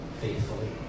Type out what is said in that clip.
faithfully